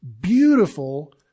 beautiful